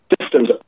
systems